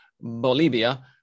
Bolivia